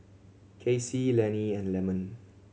Kaycee Lennie and Lemon